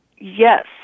yes